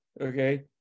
okay